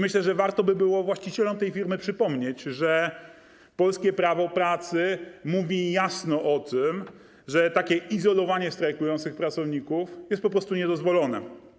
Myślę, że warto by było właścicielom tej firmy przypomnieć, że polskie prawo pracy mówi jasno o tym, że takie izolowanie strajkujących pracowników jest po prostu niedozwolone.